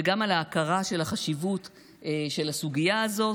וגם על ההכרה בחשיבות הסוגיה הזאת.